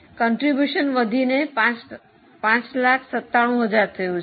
ફાળો વધીને 597000 થયો છે